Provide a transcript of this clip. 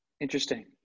Interesting